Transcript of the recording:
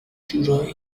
جورایی